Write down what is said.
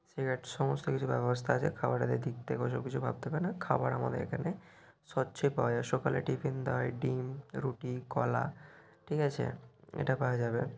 cigarette সমস্ত কিছুর ব্যবস্থা আছে খাবারের দিক থেকে ওসব কিছু ভাবতে হবে না খাবার আমাদের এখানে স্বচ্ছই পাওয়া যায় সকালে টিফিন দেওয়া হয় ডিম রুটি কলা ঠিক আছে এটা পাওয়া যাবে